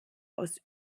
aus